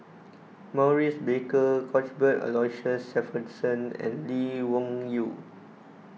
Maurice Baker Cuthbert Aloysius Shepherdson and Lee Wung Yew